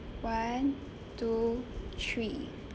one two three